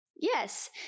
Yes